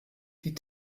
die